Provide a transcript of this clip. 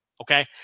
Okay